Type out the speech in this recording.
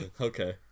Okay